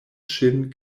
ŝin